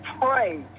pray